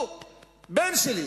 הוא בן שלי,